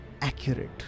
accurate